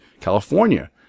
California